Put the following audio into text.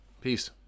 Peace